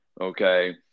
Okay